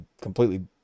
completely